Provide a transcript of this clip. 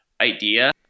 idea